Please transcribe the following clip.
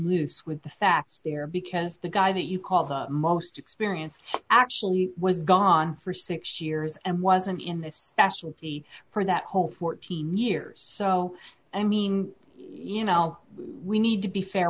loose with the facts there because the guy that you call the most experienced actually was gone for six years and wasn't in this the for that whole fourteen years so i mean you know we need to be fair